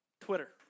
Twitter